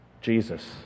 Jesus